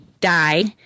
died